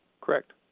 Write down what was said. Correct